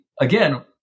again